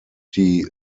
die